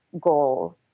goal